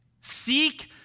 Seek